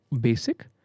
basic